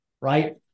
right